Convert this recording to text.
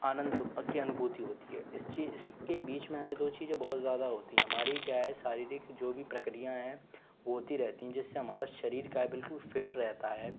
आनंद अत्यंत अनुभूति होती है उस चीज़ इसके बीच में हमें बहुत ही ज़्यादा होती हैं हमारी क्या है शारीरिक जो भी प्रक्रियाएँ हैं वो होती रहती हैं जिससे हमारा शरीर क्या है बिल्कुल फिट रहता है